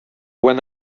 when